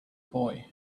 boy